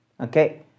okay